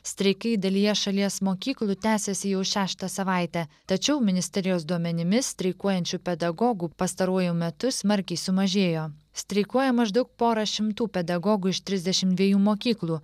streikai dalyje šalies mokyklų tęsiasi jau šeštą savaitę tačiau ministerijos duomenimis streikuojančių pedagogų pastaruoju metu smarkiai sumažėjo streikuoja maždaug pora šimtų pedagogų iš trisdešim dviejų mokyklų